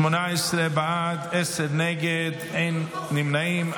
בעד, 18, נגד, עשרה, אין נמנעים.